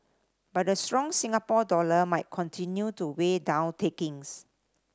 but the strong Singapore dollar might continue to weigh down takings